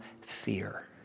fear